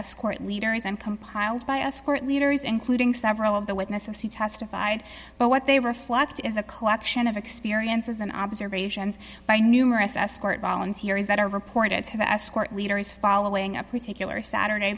us court leaders and compiled by us court leaders including several of the witnesses who testified but what they reflect is a collection of experiences and observations by numerous escort volunteers that are reported to the escort leaders following a particular saturday